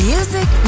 Music